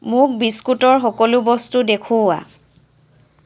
মোক বিস্কুটৰ সকলো বস্তু দেখুওৱা